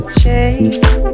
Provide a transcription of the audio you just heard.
change